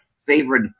favorite